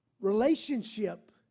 Relationship